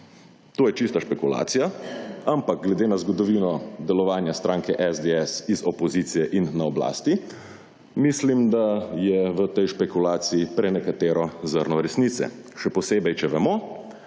To je čista špekulacija. Ampak glede na zgodovino delovanja stranke SDS iz opozicije in na oblasti mislim, da je v tej špekulaciji prenekatero zrno resnice, še posebej če vemo,